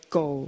go